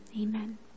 Amen